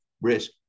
risk